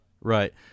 Right